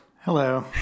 Hello